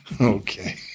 Okay